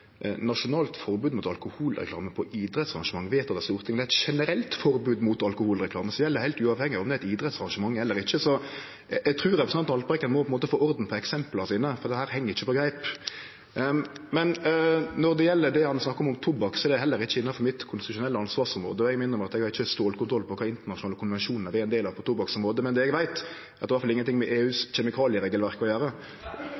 nasjonalt forbod mot alkoholreklame på idrettsarrangement vedteke av Stortinget. Det er eit generelt forbod mot alkoholreklame, som gjeld heilt uavhengig av om det er eit idrettsarrangement eller ikkje. Så eg trur representanten Haltbrekken må få orden på eksempla sine, for dette heng ikkje på greip. Når det gjeld det han seier om tobakk, er heller ikkje det innanfor mitt konstitusjonelle ansvarsområde. Eg må innrømme at eg ikkje har stålkontroll på kva for internasjonale konvensjonar vi er ein del av på tobakksområdet, men det eg veit, er at det i alle fall ikkje har noko med